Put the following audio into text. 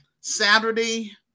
Saturday